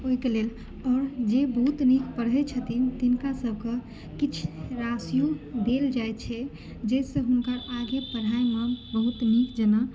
एहिके लेल आओर जे बहुत नीक पढ़ैत छथिन तिनका सभके किछु राशियो देल जाइत छै जाहिसँ हुनका आगे पढ़ाइमे बहुत नीक जेना